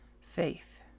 faith